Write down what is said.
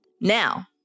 Now